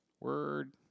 Word